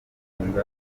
ingaruka